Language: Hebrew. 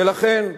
ולכן,